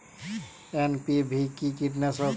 NPV কি কীটনাশক?